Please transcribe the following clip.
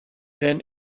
then